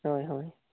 ᱦᱳᱭ ᱦᱳᱭ